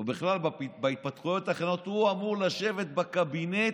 או בכלל בהתפתחויות האחרות, הוא אמור לשבת בקבינט